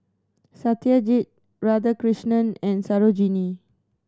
Satyajit Radhakrishnan and Sarojini